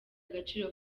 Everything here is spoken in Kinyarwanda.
agaciro